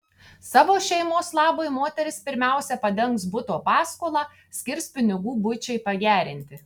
savo šeimos labui moteris pirmiausia padengs buto paskolą skirs pinigų buičiai pagerinti